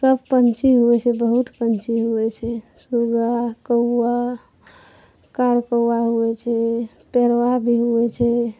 सब पक्षी होइ छै बहुत पक्षी होइ छै सुगा कौआ कार कौआ होइ छै पड़बा भी होइ छै